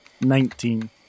Nineteen